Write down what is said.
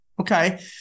Okay